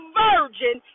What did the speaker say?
virgin